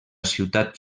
ciutat